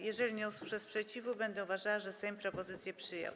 Jeżeli nie usłyszę sprzeciwu, będę uważała, że Sejm propozycję przyjął.